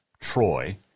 Troy